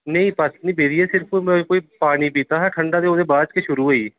नेईं पस्स नी पेदी ऐ सिर्फ मतलब कोई पानी पीता हा ठंडा ते बस ओह्दे बाद च गै शुरू होई गेई